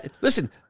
Listen